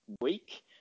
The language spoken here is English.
week